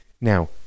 Now